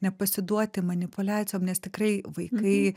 nepasiduoti manipuliacijom nes tikrai vaikai